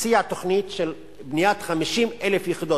הציע תוכנית של בניית 50,000 יחידות.